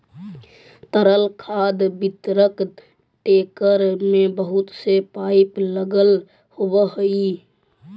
तरल खाद वितरक टेंकर में बहुत से पाइप लगल होवऽ हई